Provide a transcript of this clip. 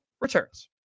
returns